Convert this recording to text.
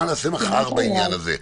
מה נעשה מחר בעניין הזה?